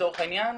לצורך העניין,